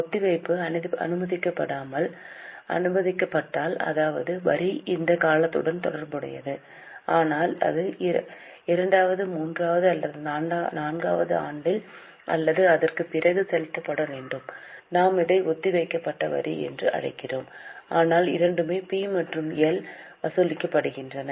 ஒத்திவைப்பு அனுமதிக்கப்பட்டால் அதாவது வரி இந்த காலத்துடன் தொடர்புடையது ஆனால் அது 2 வது 3 வது அல்லது 4 வது ஆண்டில் அல்லது அதற்குப் பிறகு செலுத்தப்பட வேண்டும் நாம் அதை ஒத்திவைக்கப்பட்ட வரி என்று அழைக்கிறோம் ஆனால் இரண்டுமே பி மற்றும் எல் வசூலிக்கப்படுகின்றன